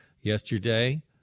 yesterday